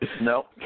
no